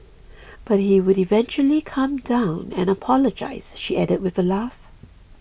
but he would eventually calm down and apologise she added with a laugh